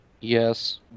Yes